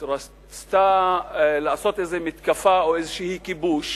רצתה לעשות איזה מתקפה או איזה כיבוש,